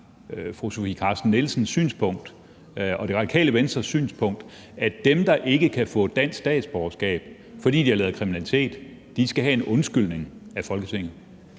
fru Sofie Carsten Nielsens synspunkt og Det Radikale Venstres synspunkt, at dem, der ikke kan få dansk statsborgerskab, fordi de har lavet kriminalitet, skal have en undskyldning af Folketinget.